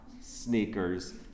sneakers